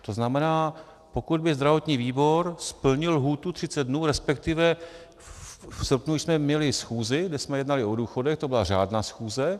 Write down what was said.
To znamená, pokud by zdravotní výbor splnil lhůtu 30 dnů, resp. v srpnu už jsme měli schůzi, kde jsme jednali o důchodech, to byla řádná schůze.